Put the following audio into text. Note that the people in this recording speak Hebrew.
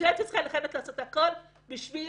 ממשלת ישראל חייבת לעשות הכול בשביל